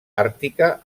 àrtica